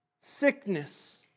sickness